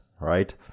right